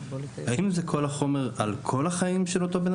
האם זה כל החומר על כל החיים של אותו בן